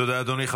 תודה, אדוני.